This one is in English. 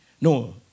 No